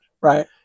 Right